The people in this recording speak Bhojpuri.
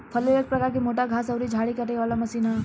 फलैल एक प्रकार के मोटा घास अउरी झाड़ी के काटे वाला मशीन ह